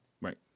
Right